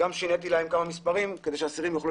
גם שיניתי להם כמה מספרים כדי שהאסירים יוכלו